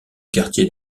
quartier